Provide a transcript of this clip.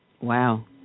Wow